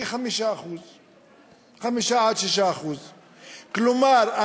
כ-5% 5% 6%. כלומר,